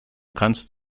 kannst